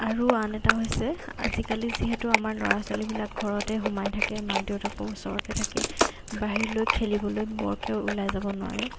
আৰু আন এটা হৈছে আজিকালি যিহেতু আমাৰ ল'ৰা ছোৱালীবিলাক ঘৰতে সোমাই থাকে মাক দেউতাকো ওচৰতে থাকে বাহিৰলৈ খেলিবলৈ বৰকৈ ওলাই যাব নোৱাৰে